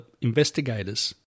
investigators